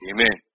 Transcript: Amen